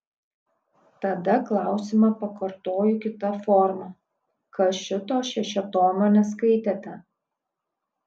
tada klausimą pakartoju kita forma kas šito šešiatomio neskaitėte